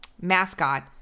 mascot